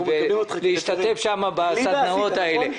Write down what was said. אנחנו מזמינים אותך --- ולהשתתף שם בסדנאות האלה.